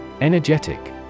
Energetic